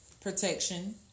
protection